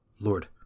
Lord